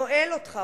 נועל אותך,